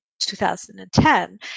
2010